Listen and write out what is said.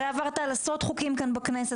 הרי עברת על עשרות חוקים כאן בכנסת,